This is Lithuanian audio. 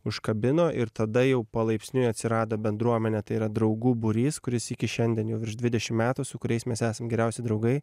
užkabino ir tada jau palaipsniui atsirado bendruomenė tai yra draugų būrys kuris iki šiandien jau virš dvidešim metų su kuriais mes esam geriausi draugai